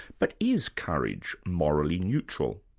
but is courage morally neutral?